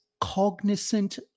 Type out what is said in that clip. cognizant